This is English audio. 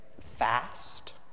fast